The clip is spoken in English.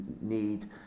need